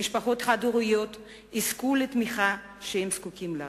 שמשפחות חד-הוריות יזכו לתמיכה שהן זקוקות לה,